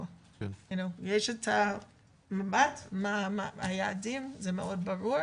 יש את ה- -- מה היעדים, זה מאוד ברור,